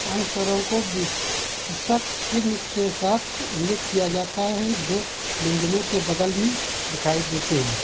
अन्य स्वरों को विशेषक चिह्न के साथ इंगित किया जाता है जो व्यंजनों के बगल में दिखाई देते हैं